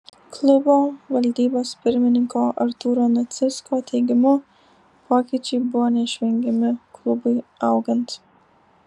klubo valdybos pirmininko artūro nacicko teigimu pokyčiai buvo neišvengiami klubui augant